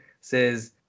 says